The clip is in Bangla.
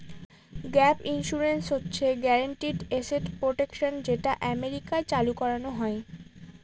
গ্যাপ ইন্সুরেন্স হচ্ছে গ্যারান্টিড এসেট প্রটেকশন যেটা আমেরিকায় চালু করানো হয়